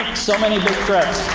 so many big threats!